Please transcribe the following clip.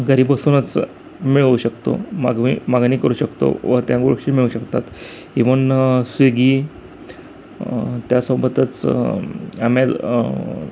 घरी बसूनच मिळवू शकतो मागवी मागणी करू शकतो व त्या गोष्टी मिळू शकतात इवन स्विगी त्यासोबतच ॲमेझ